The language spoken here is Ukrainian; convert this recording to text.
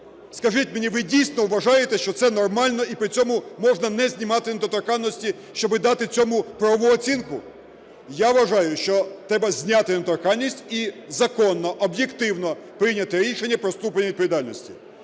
Скажіть мені, ви дійсно вважаєте, що це нормально, і при цьому можна не знімати недоторканність, щоби дати цьому правову оцінку? Я вважаю, що треба зняти недоторканність і законно, об'єктивно прийняти рішення про ступінь відповідальності.